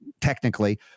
technically